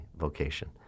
vocation